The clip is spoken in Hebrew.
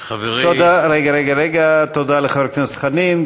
תודה לחבר הכנסת חנין.